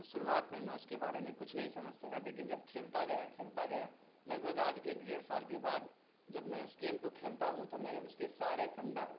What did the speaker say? تو شروعات میں میں اس کے بارے میں کچھ نہیں سمجھ سکا لیکن جب کھیلتا گیا کھیلتا گیا لگ بھگ آج ایک ڈیڑھ سال کے بعد جب میں اس گیم کو کھیلتا ہوں تو میں نے اس کے سارے فنڈا